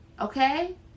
okay